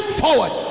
forward